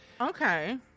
Okay